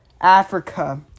Africa